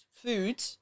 food